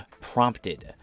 prompted